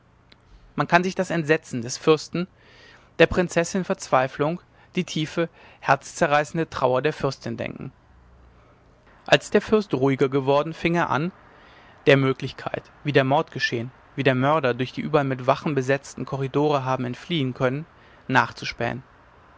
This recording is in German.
man kann sich das entsetzen des fürsten der prinzessin verzweiflung die tiefe herzzerreißende trauer der fürstin denken als der fürst ruhiger worden fing er an der möglichkeit wie der mord geschehen wie der mörder durch die überall mit wachen besetzten korridore habe entfliehen können nachzuspähen